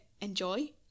enjoy